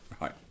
Right